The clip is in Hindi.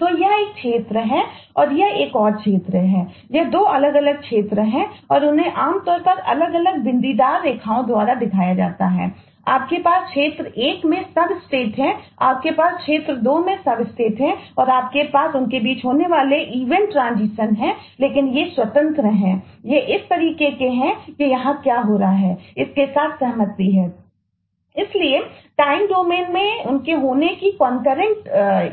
तो यह एक क्षेत्र है और यह एक और क्षेत्र है ये 2 अलग अलग क्षेत्र हैं और इन्हें आम तौर पर अलग अलग बिंदीदार रेखाओं द्वारा दिखाया जाता है और आपके पास क्षेत्र 1 में सब स्टेट